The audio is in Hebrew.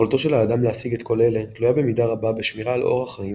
יכולתו של האדם להשיג את כל אלה תלויה במידה רבה בשמירה על אורח חיים